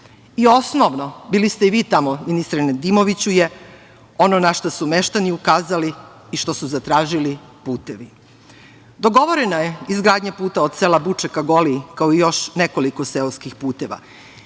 potrebama. Osnovno, bili ste i vi tamo, gospodine Nedimoviću, je ono na šta su meštani ukazali i što su zatražili, putevi. Dogovorena je izgradnja puta od sela Buče ka Goliji, kao i još nekoliko seoskih puteva